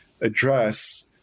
address